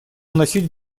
носить